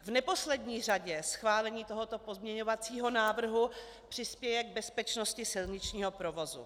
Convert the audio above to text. V neposlední řadě schválení tohoto pozměňovacího návrhu přispěje k bezpečnosti silničního provozu.